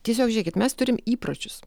tiesiog žiūrėkit mes turim įpročius